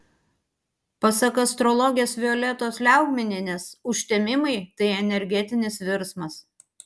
pasak astrologės violetos liaugminienės užtemimai tai energetinis virsmas